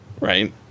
Right